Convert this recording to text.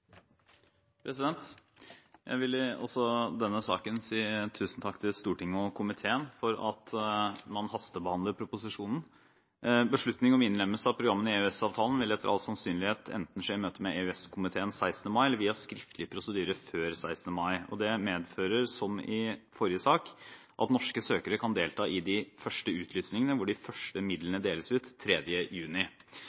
Jeg vil også i denne saken si tusen takk til Stortinget og komiteen for at man hastebehandler proposisjonen. Beslutning om innlemmelse av programmene i EØS-avtalen vil etter all sannsynlighet enten skje i møte med EØS-komiteen 16. mai eller via skriftlig prosedyre før 16. mai. Det medfører, som i forrige sak, at norske søkere kan delta i de første utlysningene hvor de første